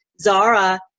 Zara